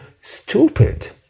stupid